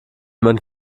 man